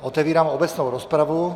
Otevírám obecnou rozpravu.